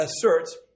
asserts